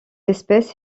espèce